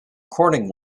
corning